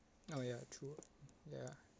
oh ya true ya